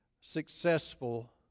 successful